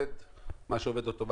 מה שעומד ---,